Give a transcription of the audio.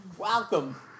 welcome